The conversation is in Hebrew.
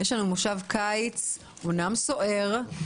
יש לנו מושב קיץ אמנם סוער,